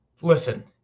Listen